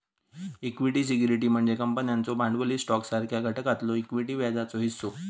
equity security म्हणजे कंपन्यांचो भांडवली स्टॉकसारख्या घटकातलो इक्विटी व्याजाचो हिस्सो